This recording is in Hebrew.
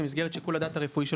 במסגרת שיקול הדעת הרפואי שלו,